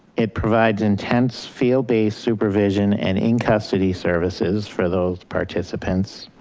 it provides intense field based supervision and in-custody services for those participants.